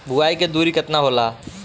बुआई के दुरी केतना होला?